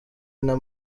nta